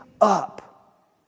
up